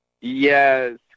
Yes